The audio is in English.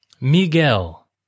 Miguel